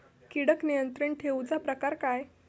किडिक नियंत्रण ठेवुचा प्रकार काय?